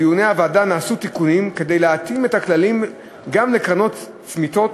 בדיוני הוועדה נעשו תיקונים כדי להתאים את הכללים גם לקרנות צמיתות,